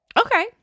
Okay